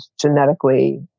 genetically